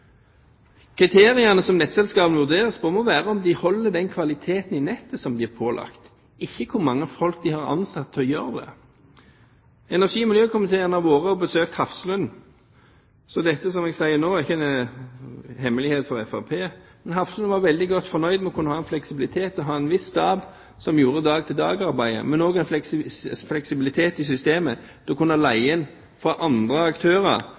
Kriteriene som nettselskapene vurderes på, må være om de holder den kvaliteten i nettet som de er pålagt, ikke hvor mange folk de har ansatt til å gjøre det. Energi- og miljøkomiteen har vært og besøkt Hafslund, så dette som jeg sier nå, er ikke en hemmelighet for Fremskrittspartiet. Men Hafslund var veldig godt fornøyd med å kunne ha en fleksibilitet og ha en viss stab som gjorde dag til dag-arbeidet, men også en fleksibilitet i systemet til å kunne leie inn fra andre aktører